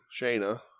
Shayna